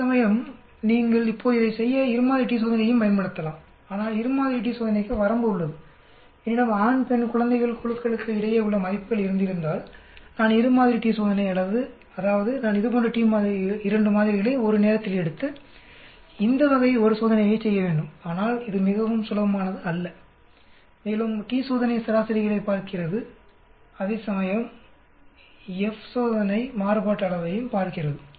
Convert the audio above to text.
அதேசமயம் நீங்கள் இப்போது இதைச் செய்ய இரு மாதிரி t சோதனையையும் பயன்படுத்தலாம் ஆனால் இரு மாதிரி டி சோதனைக்கு வரம்பு உள்ளது என்னிடம் ஆண் பெண் குழந்தைகள் குழுக்களுக்கு இடையேயுள்ள மதிப்புகள் இருந்திருந்தால் நான் இரு மாதிரி t சோதனை அதாவது நான் இதுபோன்ற 2 மாதிரிகளை ஒரு நேரத்தில் எடுத்து இந்த வகை t சோதனையைச் செய்ய வேண்டும் ஆனால் இது மிகவும் சுலபமானது அல்ல மேலும் t சோதனை சராசரிகளைப் பார்க்கிறது அதேசமயம் F சோதனை மாறுபாட்டு அளவையும் பார்க்கிறது